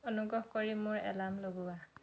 অনুগ্ৰহ কৰি মোৰ এলাৰ্ম লগোৱা